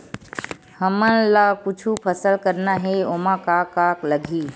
हमन ला कुछु फसल करना हे ओमा का का लगही?